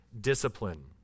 discipline